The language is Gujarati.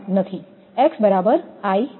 X બરાબર l છે